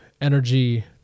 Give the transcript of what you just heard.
energy